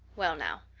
well now,